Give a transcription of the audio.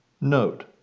Note